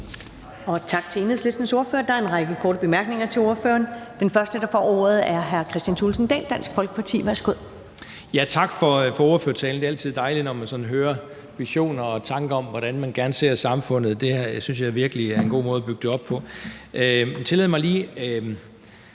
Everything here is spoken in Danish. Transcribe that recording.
Tak til Enhedslistens ordfører. Der er en række korte bemærkninger til ordføreren. Den første, der får ordet, er hr. Kristian Thulesen Dahl, Dansk Folkeparti. Værsgo. Kl. 14:53 Kristian Thulesen Dahl (DF): Tak for ordførertalen. Det er altid dejligt, når man sådan hører visioner og tanker om, hvordan man gerne ser samfundet. Det synes jeg virkelig er en god måde at bygge det op på.